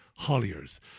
Holliers